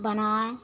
बनाए